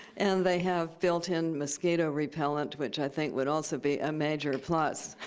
and they have built-in mosquito repellent, which i think would also be a major plus.